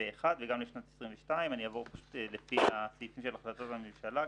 וגם לשנת 2022. אני אעבור לפי הסעיפים של החלטת הממשלה,